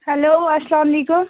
hello اسلام علیکُم